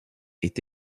est